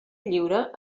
lliure